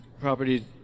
Property